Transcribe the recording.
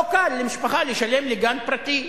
לא קל למשפחה לשלם לגן פרטי.